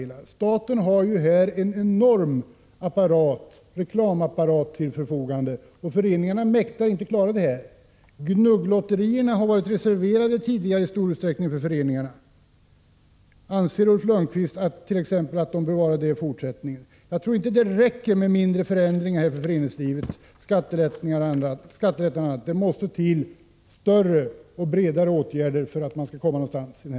Staten har en enorm reklamapparat till sitt förfogande, och föreningarna klarar inte av konkurrensen. Gnugglotterierna har tidigare i stor utsträckning varit reserverade för föreningarna. Anser Ulf Lönnqvist att de bör vara det i fortsättningen? Jag tror inte att mindre förändringar — skattelättnader och annat — räcker för att föreningslivet skall klara sig. Det är nödvändigt med mer omfattande åtgärder för att man skall nå resultat.